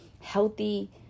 healthy